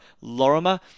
Lorimer